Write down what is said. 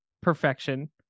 perfection